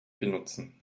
benutzen